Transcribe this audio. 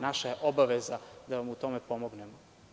Naša je obaveza da vam u tome pomognemo.